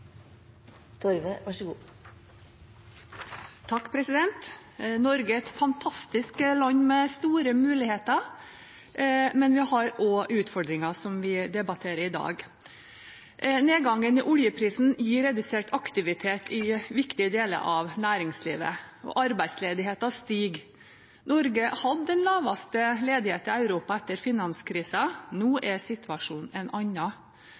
fantastisk land med store muligheter. Men vi har også utfordringer, som vi debatterer i dag. Nedgangen i oljeprisen gir redusert aktivitet i viktige deler av næringslivet, og arbeidsledigheten stiger. Norge hadde den laveste ledigheten i Europa etter